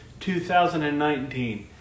2019